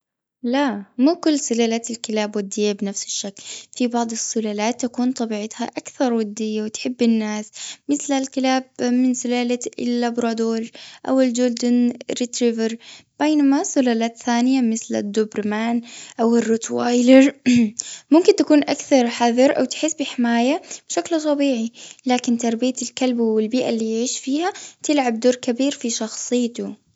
لا مو كل سلالات الكلاب ودية بنفس الشكل. في بعض السلالات تكون طبيعتها أكثر ودية، وتحب الناس، مثل الكلاب من سلالة اللبرادور، أو الجولدن ريتش إيفر. بينما سلالات ثانية، مثل الدوبرمان، أو الروت وايلر، ممكن تكون أكثر حذر، أو تحس بحماية بشكل طبيعي. لكن تربية الكلب، والبيئة اللي يعيش فيها، تلعب دور كبير في شخصيته.